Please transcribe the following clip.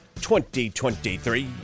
2023